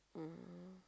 um